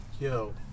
Yo